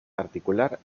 particular